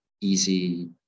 easy